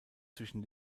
zwischen